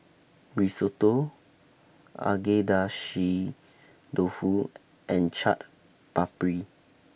Risotto Agedashi Dofu and Chaat Papri